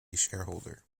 shareholder